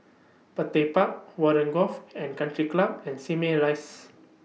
Petir Park Warren Golf and Country Club and Simei Rise